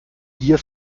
gier